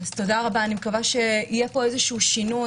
אני מקווה שיהיה פה איזושהי שינוי,